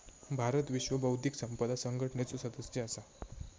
भारत विश्व बौध्दिक संपदा संघटनेचो सदस्य असा